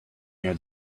near